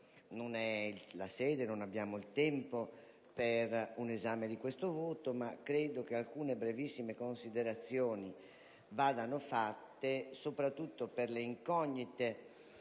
questa la sede e non abbiamo il tempo per l'esame di questo voto, ma credo che alcune brevissime considerazioni vadano fatte, soprattutto per le incognite